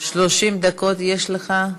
30 דקות יש לך.